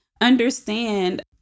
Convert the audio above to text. understand